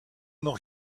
noch